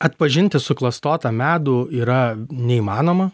atpažinti suklastotą medų yra neįmanoma